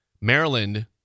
Maryland